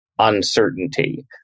uncertainty